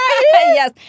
Yes